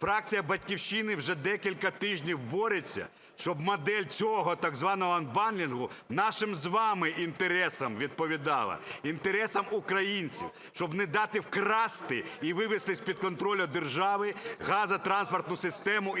Фракція "Батьківщина" вже декілька тижнів бореться, щоб модель цього так званого анбандлінгу, нашим з вами інтересам відповідала, інтересам українців, щоб не дати вкрасти і вивести з-під контролю держави газотранспортну систему і сховища.